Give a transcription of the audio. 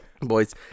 boys